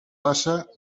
passa